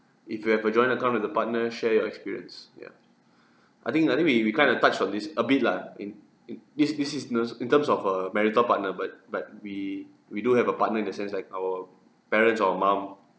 if you have a joint account with your partner share your experience ya I think I think we we kind of touched on this a bit lah in in this this is uh in terms of err marital partner but but we we do have a partner in the sense like our parents or mum